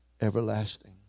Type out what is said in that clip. everlasting